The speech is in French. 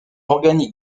organiques